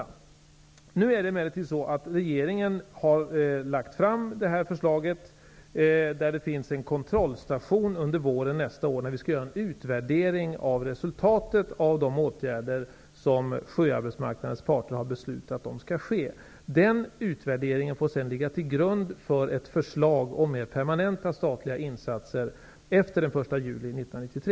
Regeringen har emellertid nu lagt fram förslaget om en kontrollstation under våren nästa år, när vi skall göra en utvärdering av resultatet av de åtgärder som sjöarbetsmarknadens parter har beslutat om. Den utvärderingen skall sedan få ligga till grund för ett förslag om mer permanenta statliga insatser efter den 1 juli 1993.